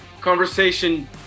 Conversation